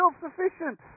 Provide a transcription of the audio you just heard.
self-sufficient